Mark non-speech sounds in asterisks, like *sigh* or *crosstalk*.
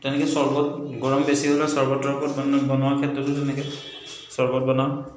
তেনেকৈ চৰ্বত গৰম বেছি হ'লে চৰ্বত তৰ্বত *unintelligible* বনোৱাৰ ক্ষেত্ৰতো তেনেকৈ চৰ্বত বনাওঁ